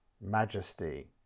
Majesty